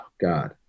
God